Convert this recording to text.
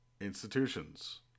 Institutions